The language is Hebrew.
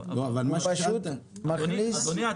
הוא פשוט מכניס --- אדוני,